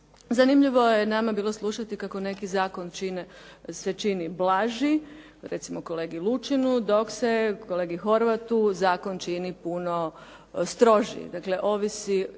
Zanimljivo je nama bilo slušati kako neki zakon se čini blaži recimo kolegi Lučinu dok se kolegi Horvatu zakon čini puno stroži, dakle ovisi